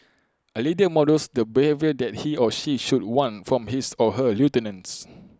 A leader models the behaviour that he or she should want from his or her lieutenants